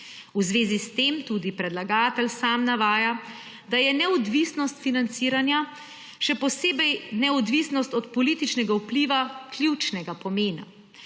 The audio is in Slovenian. V zvezi s tem tudi predlagatelj sam navaja, da je neodvisnost financiranja, še posebej neodvisnost od političnega vpliva, ključnega pomena.